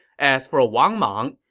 as for wang mang,